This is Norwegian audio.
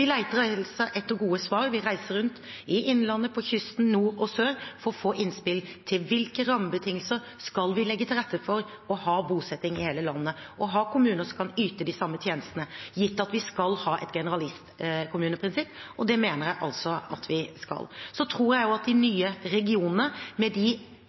etter gode svar. Vi reiser rundt i innlandet, på kysten, i nord og sør for å få innspill til hvilke rammebetingelser vi skal legge til rette for for å ha bosetting i hele landet, for å ha kommuner som kan yte de samme tjenestene, gitt at vi skal ha et generalistkommuneprinsipp, og det mener jeg at vi skal. Så tror jeg også at de nye regionene, med de